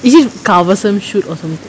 is it கவசம்:kavasam shoot or something